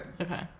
Okay